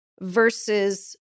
versus